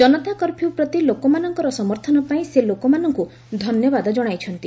ଜନତା curfew ପ୍ରତି ଲୋକମାନଙ୍କର ସମର୍ଥନ ପାଇଁ ସେ ଲୋକମାନଙ୍କୁ ଧନ୍ୟବାଦ ଜଣାଇଛନ୍ତି